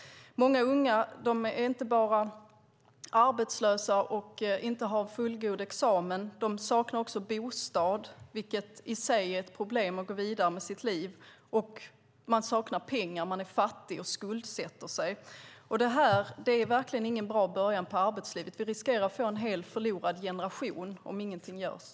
Många unga är inte bara arbetslösa och saknar fullgod examen, de saknar också bostad, vilket i sig är ett problem när de ska gå vidare med sitt liv. De saknar pengar, är fattiga och skuldsätter sig. Detta är verkligen ingen bra början på arbetslivet. Vi riskerar att få en helt förlorad generation om ingenting görs.